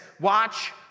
watch